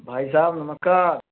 भाई साहब नमस्कार